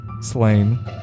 slain